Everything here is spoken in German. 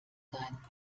sein